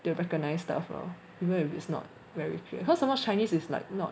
they recognise stuff lor even if it's not very clear sometimes chinese is like not